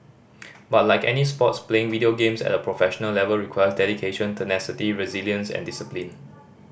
but like any sports playing video games at a professional level requires dedication tenacity resilience and discipline